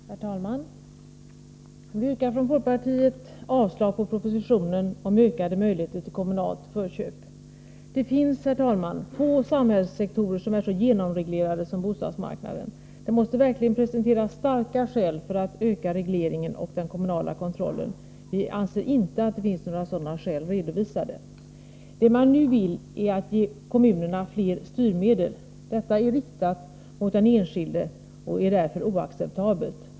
Herr talman! Vi yrkar från folkpartiet avslag på propositionen om ökade möjligheter till kommunalt förköp. Få samhällssektorer är så genomreglerade som bostadsmarknaden. Det måste verkligen presenteras starka skäl för att man skall öka regleringen och den kommunala kontrollen. Vi anser inte att några sådana skäl har redovisats. Det man nu vill är att ge kommunerna fler styrmedel. Detta är riktat mot den enskilde och är därför oacceptabelt.